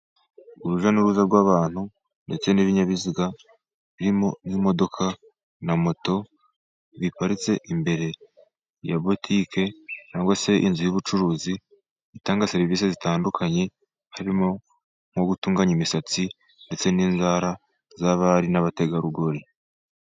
Urujya n'uruza rw'abantu, ndetse n'ibinyabiziga birimo n'imodoka na moto, biparitse imbere ya butike cyangwa se inzu y'ubucuruzi itanga serivisi zitandukanye, harimo nko gutunganya imisatsi, ndetse n'inzara z'abari n'abategarugori.